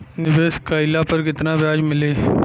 निवेश काइला पर कितना ब्याज मिली?